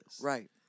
Right